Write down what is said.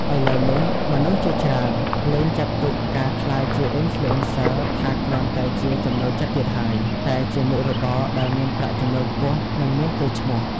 ឥឡូវនេះ មនុស្សជាច្រើនលែងចាត់ទុកការក្លាយជា Influencer ថាគ្រាន់តែជាចំណូលចិត្តទៀតហើយ តែជាមុខរបរដែលមានប្រាក់ចំណូលខ្ពស់ និងមានកេរ្តិ៍ឈ្មោះ។